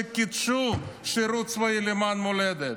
קידשו שירות צבאי למען המולדת,